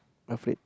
afraid